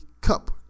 Cup